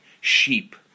sheep